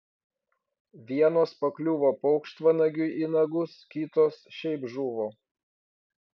vienos pakliuvo paukštvanagiui į nagus kitos šiaip žuvo